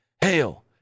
Hail